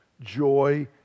joy